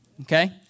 okay